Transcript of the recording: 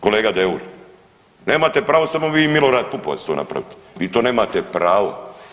Kolega Deur, nemate pravo samo vi i Milorad Pupovac to napraviti, vi to nemate pravo.